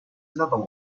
another